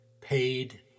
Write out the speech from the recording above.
paid